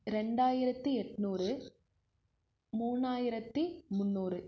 ரெண்டாயிரத்து எட்நூறு மூணாயிரத்து முன்னூறு